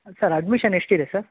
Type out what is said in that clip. sir admission ಎಷ್ಟಿದೆ sir